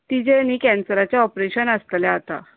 तिजे न्हि केंन्सराचे ऑप्रेशन आसतले आता